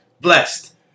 blessed